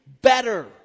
better